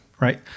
right